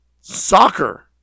soccer